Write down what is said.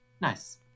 Nice